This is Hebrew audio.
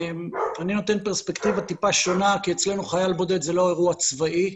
אני נותן פרספקטיבה טיפה שונה כי אצלנו חייל בודד זה לא אירוע צבאי.